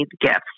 gifts